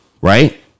right